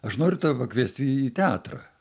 aš noriu tave pakviesti į teatrą